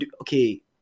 okay